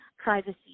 privacy